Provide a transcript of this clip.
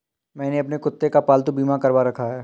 मैंने अपने कुत्ते का पालतू बीमा करवा रखा है